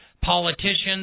politicians